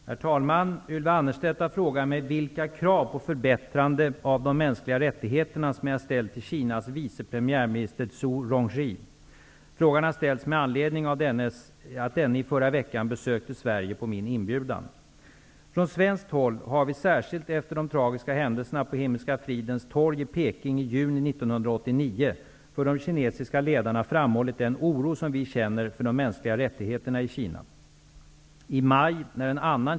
Herr talman! Ylva Annerstedt har frågat mig vilka krav på förbättrande av de mänskliga rättigheterna som jag ställt till Kinas vice premiärminister Zhu Frågan har ställts med anledning av att denne i förra veckan besökte Sverige på min inbjudan. Från svenskt håll har vi särskilt efter de tragiska händelserna på Himmelska fridens torg i Peking i juni 1989 för de kinesiska ledarna framhållit den oro vi känner för de mänskliga rättigheterna i Kina.